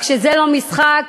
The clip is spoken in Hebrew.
רק שזה לא משחק